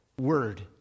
word